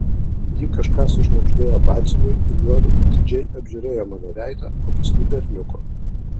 ji kažką sušnabždėjo batsiuviui ir juodu atidžiai apžiūrėjo mano veidą o paskui berniuko